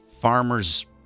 Farmers